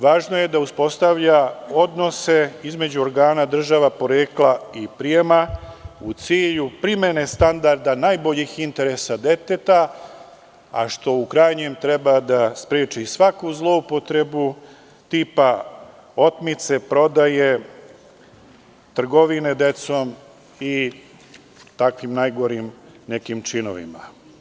Važno je da uspostavlja odnose između organa država porekla i prijema u cilju primene standarda najboljih interesa deteta, a što u krajnjem treba da spreči svaku zloupotrebu tipa otmice, prodaje, trgovine decom i takvim nekim najgorim činovima.